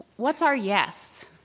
what's our yes?